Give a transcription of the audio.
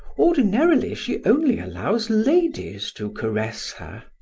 ordinarily she only allows ladies to caress her.